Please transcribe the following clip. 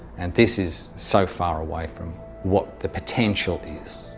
and this is so far away from what the potential is.